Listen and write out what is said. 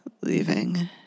leaving